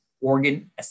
organ